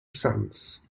sons